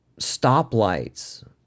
stoplights